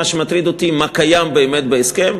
מה שמטריד אותי זה מה קיים באמת בהסכם